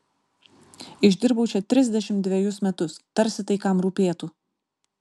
išdirbau čia trisdešimt dvejus metus tarsi tai kam rūpėtų